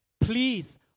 Please